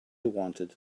wanted